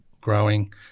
growing